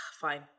Fine